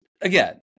again